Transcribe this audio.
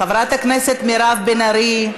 חברת הכנסת מירב בן ארי,